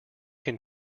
can